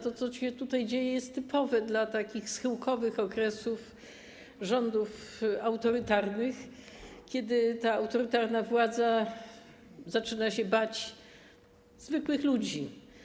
To, co się tutaj dzieje, jest typowe dla takich schyłkowych okresów rządów autorytarnych, kiedy autorytarna władza zaczyna bać się zwykłych ludzi.